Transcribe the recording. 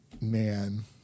man